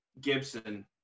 Gibson